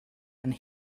and